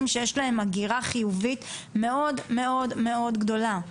שיש להם הגירה חיובית מאוד מאוד גדולה.